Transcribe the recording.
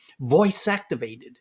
voice-activated